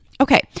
Okay